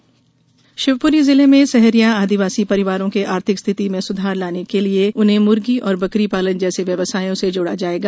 सहरिया शिवपुरी जिले में सहरिया आदिवासी परिवारों के आर्थिक स्थिति में सुधार लाने के लिए उन्हें मुर्गी और बकरी पालन जैसे व्यवसायों से जोड़ा जायेगा